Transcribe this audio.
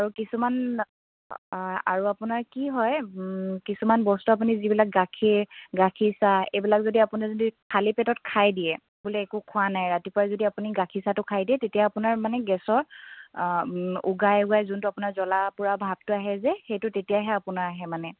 আৰু কিছুমান আৰু আপোনাৰ কি হয় কিছুমান বস্তু আপুনি যিবিলাক গাখীৰ গাখীৰ চাহ এইবিলাক যদি আপুনি যদি খালী পেটত খাই দিয়ে বোলে একো খোৱা নাই ৰাতিপুৱাই যদি আপুনি গাখীৰ চাহটো খাই দিয়ে তেতিয়া আপোনাৰ মানে গেছৰ যোনটো আপোনাৰ জ্বলা পোৰা ভাৱটো আহে যে সেইটো তেতিয়াহে আপোনাৰ আহে মানে